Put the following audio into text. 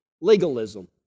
Legalism